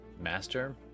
master